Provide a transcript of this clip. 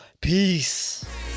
Peace